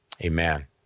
Amen